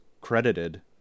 credited